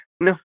no